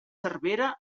cervera